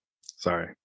Sorry